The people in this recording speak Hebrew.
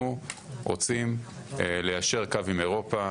אנחנו רוצים ליישר קו עם אירופה.